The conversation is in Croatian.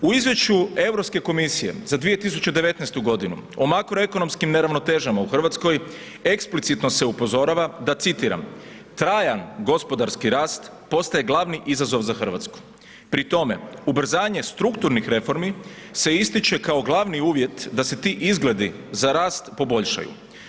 U izvješću Europske komisije za 2019. g. o makro ekonomskim neravnotežama u Hrvatskoj, eksplicitno se upozorava da citiram, trajan gospodarski rast, postaje glavni izazov za Hrvatsku, pri tome, ubrzanje strukturnih reformi, se ističe kao glavni uvjet, da se ti izgledi iza rast poboljšaju.